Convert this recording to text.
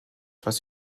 etwas